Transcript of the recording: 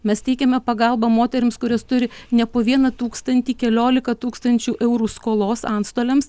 mes teikiame pagalbą moterims kurios turi ne po vieną tūkstantį keliolika tūkstančių eurų skolos antstoliams